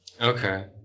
Okay